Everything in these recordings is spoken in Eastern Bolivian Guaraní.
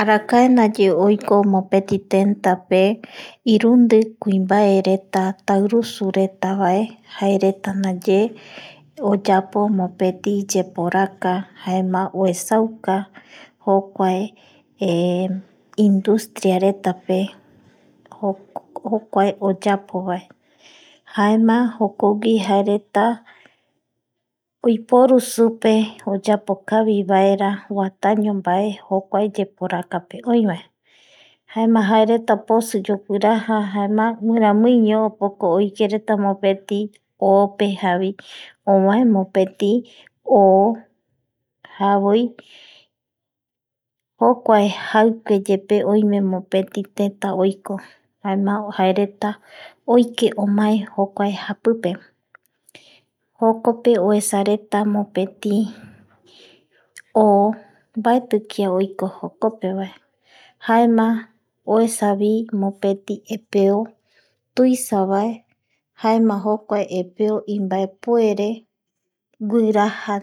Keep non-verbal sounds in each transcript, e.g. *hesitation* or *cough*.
Arakae ndaye oiko mopeti tentape irundi kuimbaereta tairusu retavae jaereta ndaye oyapo mopeti yeporaka jaema oesauka jokuae *hesitation* industriaretape jokuae oyapo vae, jaema jokogui jareta oiporu supe oyapokavivaera oataño mbae jokuae yeporakape oivae jaema jaeretaposi yoguiraja jaema guiramuiño opoko oikereta mopeti o pe javoi ovae mopeti o javoi jokuae jaikuepeyaeye oime mopeti teta oiko jaema jareta oiko japipe jokope oesa mopeti o mbaeti kia oiko jokopevae jaema, jaema oesavi mopeti epeo tuisavae jaema jokae epeo imbaepuere guiraja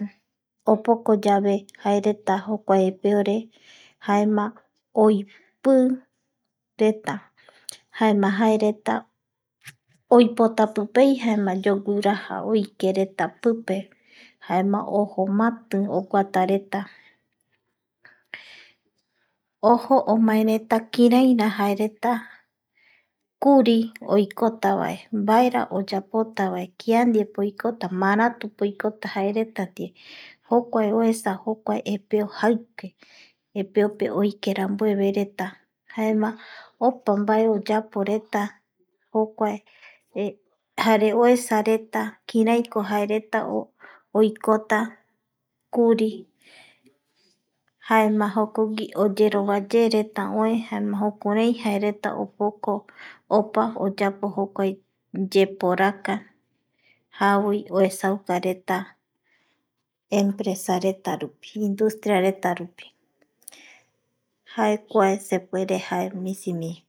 opokoyave jaereta jokuae epeore yave jaema oipiireta jaema jaereta<noise oipotapipei jaema yoguiraja oikereta pipe jaema ojo mati oguatareta ojo omaereta jaereta kiraira jaereta kuri oikotavae mbaera kia ndieko oikotavae jaereta ndie jokuae oesa jokuae epeo jaikue epeope oike rambuevereta jaema opa mbae oyaporeta jjokuaere jare oesareta kiraiko jaereta oikota kuri jaema jokogui oyerova yereta oe jaema jukurai jaereta opa opoko oyapo jokua yeporaka reta javoi oesaukareta empresareta rupi industriaretarupi jae kua sepuere jae misimi<noise